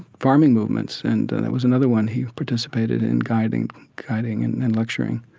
farming movements and and that was another one he participated in, guiding guiding and and and lecturing.